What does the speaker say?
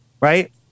right